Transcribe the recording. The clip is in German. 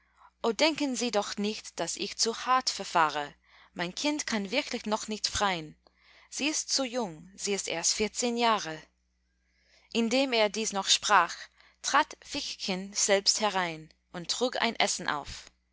o denken sie doch nicht daß ich zu hart verfahre mein kind kann wirklich noch nicht frein sie ist zu jung sie ist erst vierzehn jahre indem er dies noch sprach trat fickchen selbst herein und trug ein essen auf